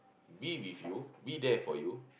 be with you be there for you